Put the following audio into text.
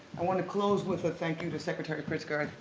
i want to close with a thank you to secretary pritzker.